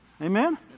Amen